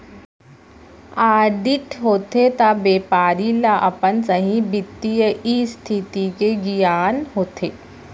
audit होथे त बेपारी ल अपन सहीं बित्तीय इस्थिति के गियान होथे